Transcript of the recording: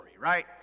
right